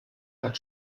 hat